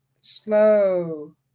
slow